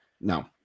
No